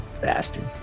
bastard